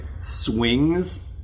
swings